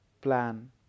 plan